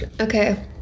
Okay